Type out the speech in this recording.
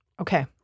Okay